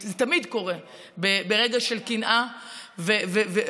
זה תמיד קורה ברגע של קנאה ואובססיביות,